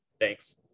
Thanks